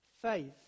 Faith